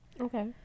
okay